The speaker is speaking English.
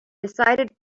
decided